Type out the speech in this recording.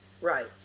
Right